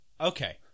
okay